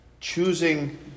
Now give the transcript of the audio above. choosing